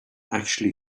actually